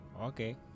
okay